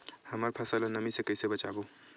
हमर फसल ल नमी से क ई से बचाबो?